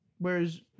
Whereas